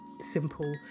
simple